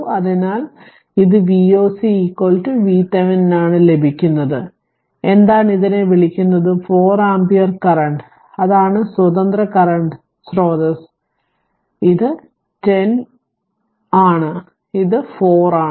അതിനാൽ ഇത് Voc VThevenin നാണ് ഇത്ലഭിക്കുന്നത് എന്താണ് ഇതിനെ വിളിക്കുന്നത് 4 ആമ്പിയർ കറന്റ് അതാണ് സ്വതന്ത്ര കറന്റ് സ്രോതസ്സ് ഇത് 10 ആണ് ഇത് 4 ആണ്